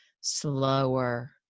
slower